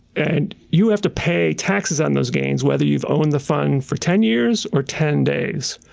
and you have to pay taxes on those gains whether you've owned the fund for ten years or ten days,